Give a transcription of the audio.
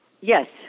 Yes